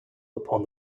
upon